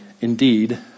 Indeed